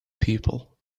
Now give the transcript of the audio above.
people